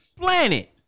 planet